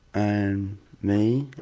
i'm me